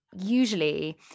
usually